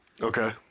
Okay